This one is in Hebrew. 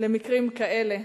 למקרים כאלה.